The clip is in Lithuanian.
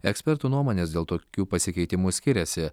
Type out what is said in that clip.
ekspertų nuomonės dėl tokių pasikeitimų skiriasi